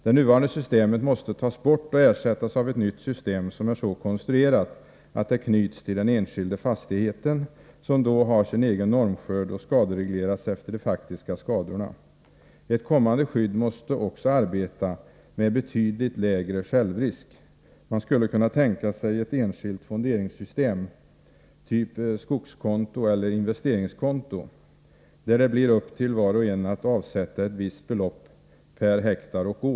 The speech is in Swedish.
Det nuvarande systemet måste tas bort och ersättas av ett nytt system som är så konstruerat att det knyts till den enskilda fastigheten, vilken har sin egen normskörd och skaderegleras efter de faktiska skadorna. Ett kommande skydd måste också arbeta med betydligt lägre självrisk. Man skulle kunna tänka sig ett enskilt fonderingssystem, typ skogskonto eller investeringskonto, där det blir upp till var och en att avsätta ett visst belopp per hektar och år.